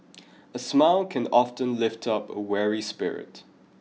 a smile can often lift up a weary spirit